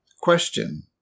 Question